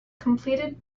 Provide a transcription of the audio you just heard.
completed